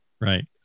Right